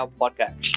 podcast